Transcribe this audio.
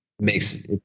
Makes